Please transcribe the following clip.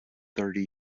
thirty